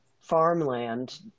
farmland